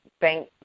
Thank